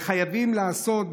חייבים לעשות,